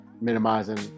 minimizing